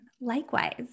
Likewise